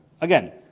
again